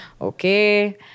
Okay